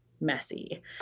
messy